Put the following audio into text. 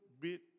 bit